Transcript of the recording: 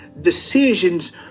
decisions